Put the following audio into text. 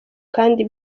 kandi